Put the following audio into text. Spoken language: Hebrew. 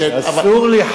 שאסור לי,